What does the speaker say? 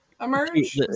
emerge